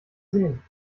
sehen